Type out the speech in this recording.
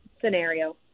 scenario